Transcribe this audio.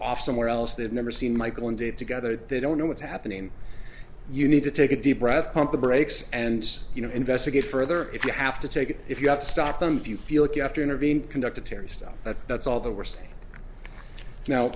off somewhere else they've never seen michael and dave together they don't know what's happening you need to take a deep breath pump the brakes and you know investigate further if you have to take it if you have to stop them if you feel icky after intervene conducted terry stuff that's all the